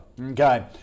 Okay